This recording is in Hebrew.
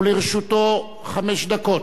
לרשותו חמש דקות.